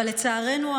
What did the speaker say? אבל לצערנו,